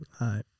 right